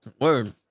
Word